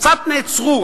קצת נעצרו,